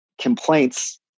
complaints